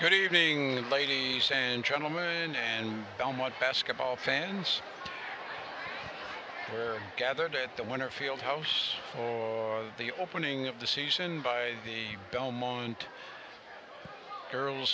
good evening ladies and gentlemen and belmont basketball fans are gathered at the winter field house for the opening of the season by the belmont girls